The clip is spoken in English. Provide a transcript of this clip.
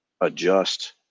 adjust